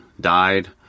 died